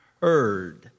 heard